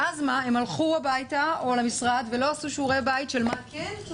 ואז הם הלכו הביתה או למשרד ולא עשו שיעורי בית על מה כן?